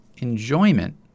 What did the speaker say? enjoyment